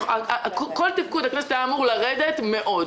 כל תפקוד הכנסת היה אמור לרדת מאוד.